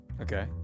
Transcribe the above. Okay